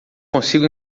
consigo